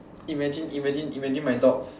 imagine imagine imagine my dog